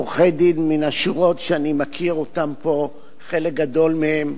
עורכי-דין מן השורה שאני מכיר אותם פה חלק גדול מהם.